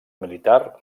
militar